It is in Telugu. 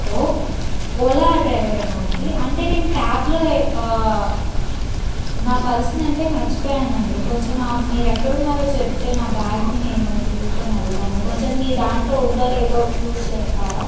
హలో ఓలా డ్రైవరేనా అండి అంటే నేను క్యాబ్లో నా పర్స్ని అంటే మరచిపోయానండి కొంచెం మీరు ఎక్కడ ఉన్నారో చెప్తే నా బ్యాగ్ని నేను తీసుకొని వెళతాను కొంచెం మీ దాంట్లో ఉందో లేదో చూసి చెప్తారా